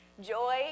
Joy